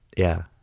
yeah.